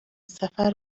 سفر